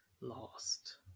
lost